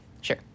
sure